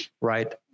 Right